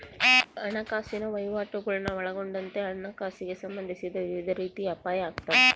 ಹಣಕಾಸಿನ ವಹಿವಾಟುಗುಳ್ನ ಒಳಗೊಂಡಂತೆ ಹಣಕಾಸಿಗೆ ಸಂಬಂಧಿಸಿದ ವಿವಿಧ ರೀತಿಯ ಅಪಾಯ ಆಗ್ತಾವ